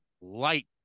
light